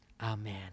amen